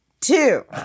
Two